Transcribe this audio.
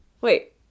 wait